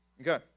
Okay